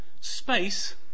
space